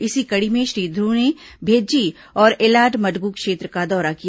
इसी कड़ी में श्री ध्रुव ने भेज्जी और एलाडमडगु क्षेत्र का दौरा किया